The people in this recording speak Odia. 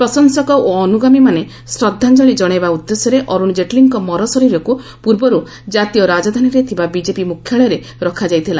ପ୍ରଶଂସକ ଓ ଅନ୍ତ୍ରଗାମୀମାନେ ଶ୍ରଦ୍ଧାଞ୍ଜଳି ଜଣାଇବା ଉଦ୍ଦେଶ୍ୟରେ ଅରୁଣ ଜେଟଲୀଙ୍କ ମରଶରୀରକୁ ପୂର୍ବରୁ ଜାତୀୟ ରାଜଧାନୀରେ ଥିବା ବିଜେପି ମୁଖ୍ୟାଳୟରେ ରଖାଯାଇଥିଲା